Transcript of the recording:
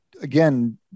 again